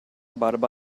barba